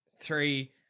three